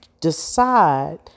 decide